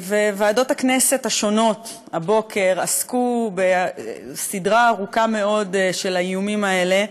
ועדות הכנסת השונות עסקו הבוקר בסדרה ארוכה מאוד של האיומים האלה,